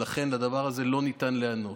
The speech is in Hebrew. ולכן לדבר הזה לא ניתן להיענות.